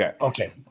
Okay